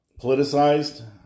politicized